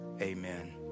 Amen